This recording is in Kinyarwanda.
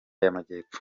y’amajyepfo